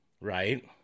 Right